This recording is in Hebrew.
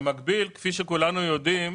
במקביל, כפי שכולנו יודעים,